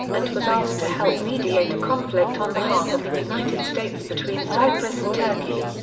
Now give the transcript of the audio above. and was asked to help mediate a conflict on behalf of the united states between cyprus and turkey.